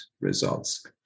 results